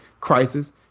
crisis